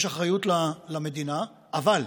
יש אחריות למדינה, אבל,